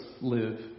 live